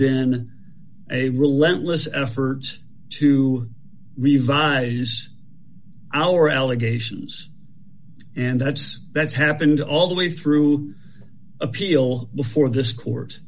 been a relentless effort to revise our allegations and that's that's happened all the way through appeal before this court